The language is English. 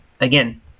again